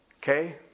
Okay